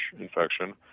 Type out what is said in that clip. infection